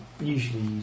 Usually